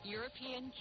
European